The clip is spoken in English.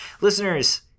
Listeners